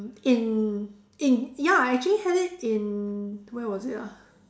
in in ya I actually had it in where was it ah